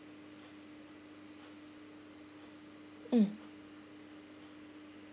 mm